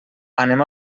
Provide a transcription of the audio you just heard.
anem